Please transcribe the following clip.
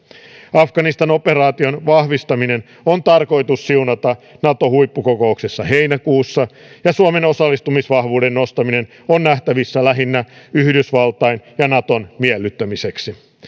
afganistan operaation vahvistaminen on tarkoitus siunata nato huippukokouksessa heinäkuussa ja suomen osallistumisvahvuuden nostaminen on nähtävissä lähinnä yhdysvaltain ja naton miellyttämisenä